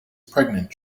pregnant